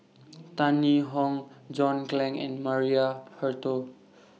Tan Yee Hong John Clang and Maria Hertogh